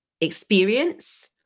experience